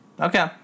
Okay